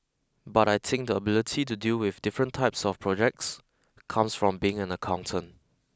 but I think the ability to deal with different types of projects comes from being an accountant